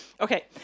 Okay